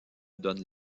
donne